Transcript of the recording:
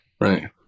Right